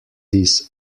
this